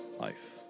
life